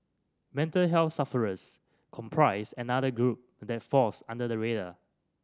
mental health sufferers comprise another group that falls under the radar